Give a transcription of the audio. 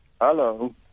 Hello